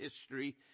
history